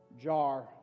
jar